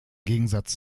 gegensatz